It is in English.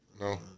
No